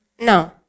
No